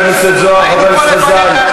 חבר הכנסת זוהר, חבר הכנסת חזן, היינו פה לפניך.